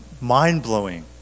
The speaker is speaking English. mind-blowing